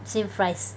same fries